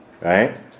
right